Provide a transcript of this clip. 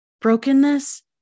Brokenness